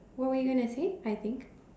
what were you gonna say I think